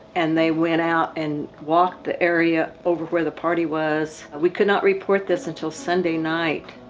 and they went out and walked the area over where the party was. we could not report this until sunday night,